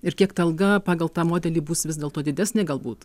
ir kiek ta alga pagal tą modelį bus vis dėlto didesnė galbūt